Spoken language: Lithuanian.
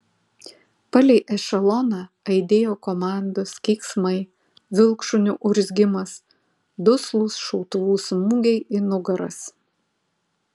palei ešeloną aidėjo komandos keiksmai vilkšunių urzgimas duslūs šautuvų smūgiai į nugaras